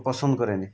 ପସନ୍ଦ କରେନି